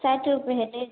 साठि रुपैए छै